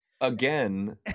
Again